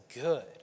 good